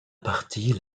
partit